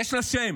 ויש לה שם,